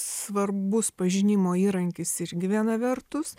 svarbus pažinimo įrankis irgi viena vertus